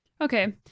Okay